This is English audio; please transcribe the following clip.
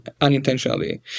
unintentionally